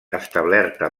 establerta